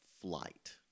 flight